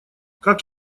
как